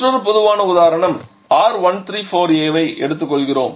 மற்றொரு பொதுவான உதாரணம் R134a ஐ எடுத்துக்கொள்கிறோம்